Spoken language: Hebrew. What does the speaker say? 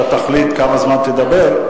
כמובן אתה תחליט כמה זמן תדבר,